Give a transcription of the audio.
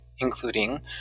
including